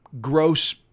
gross